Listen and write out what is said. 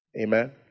Amen